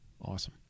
awesome